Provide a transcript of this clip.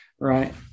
right